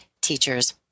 teachers